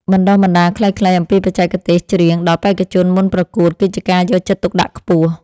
បណ្ដុះបណ្ដាលខ្លីៗអំពីបច្ចេកទេសច្រៀងដល់បេក្ខជនមុនប្រកួតគឺជាការយកចិត្តទុកដាក់ខ្ពស់។